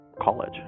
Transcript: college